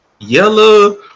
Yellow